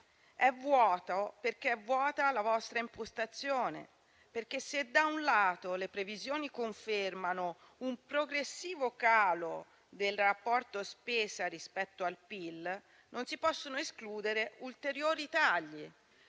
È vuoto perché è vuota la vostra impostazione, perché se da un lato le previsioni confermano un progressivo calo del rapporto fra spesa e PIL, non si possono escludere ulteriori tagli